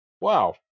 Wow